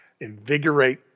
invigorate